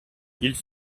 ils